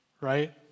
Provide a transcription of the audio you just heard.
right